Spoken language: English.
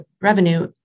revenue